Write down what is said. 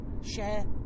Share